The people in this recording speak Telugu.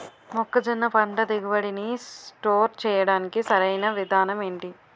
మొక్కజొన్న పంట దిగుబడి నీ స్టోర్ చేయడానికి సరియైన విధానం ఎంటి?